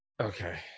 Okay